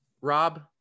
Rob